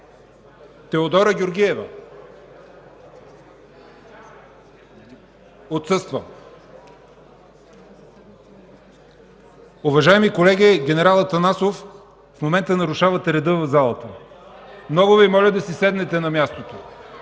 Радкова Георгиева - отсъства Уважаеми колеги, генерал Атанасов, в момента нарушавате реда в залата! Много Ви моля да си седнете на мястото,